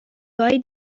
گاهی